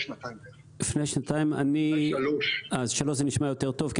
שלוש נשמע יותר טוב,